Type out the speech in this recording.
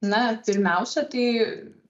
na pirmiausia tai